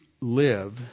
live